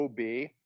OB